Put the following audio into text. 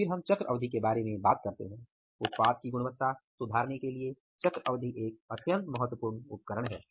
फिर हम चक्र अवधि के बारे में बात करते हैं उत्पाद की गुणवत्ता सुधारने के लिए चक्र अवधि एक बहुत महत्वपूर्ण उपकरण है